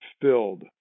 filled